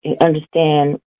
understand